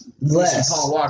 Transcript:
Less